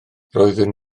roeddwn